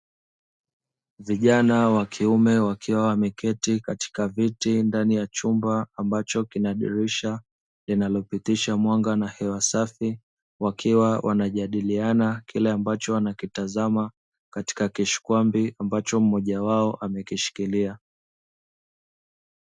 Vijana wa kiume wakiwa wameketi katika viti ndani ya chumba ambacho kina dirisha linalopitisha mwanga na hewa safi, wakiwa wanajadiliana kile ambacho wanakitazama katika kishkwambi ambacho mmoja wao amekishikilia.